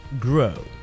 grow